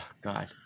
God